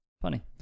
Funny